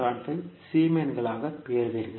75 சீமென்களாகப் பெறுவீர்கள்